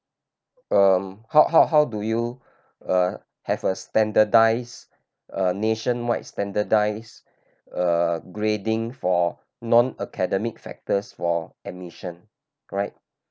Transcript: err ho~ ho~ how do you uh have a standardized uh nationwide standardized uh grading for non academic factors for admission right